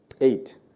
eight